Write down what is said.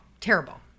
terrible